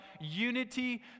unity